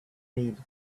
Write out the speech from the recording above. need